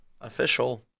official